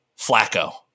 Flacco